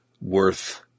worth